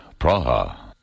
Praha